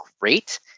great